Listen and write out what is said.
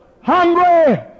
Hungry